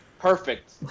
Perfect